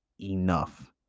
enough